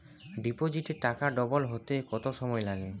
ডিপোজিটে টাকা ডবল হতে কত সময় লাগে?